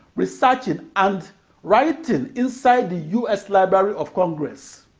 researching, and writing inside the u s. library of congress.